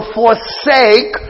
forsake